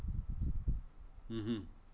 (uh huh)